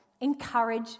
Encourage